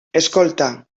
escolta